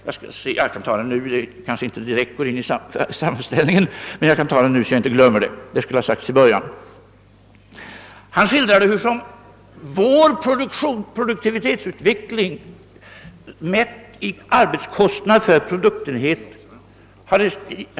Det kanske inte passar in att ta upp detta i sammanhanget, men jag vill ta upp det nu för att inte glömma bort det sedan. — Det skulle egentligen ha sagts i början av mitt anförande.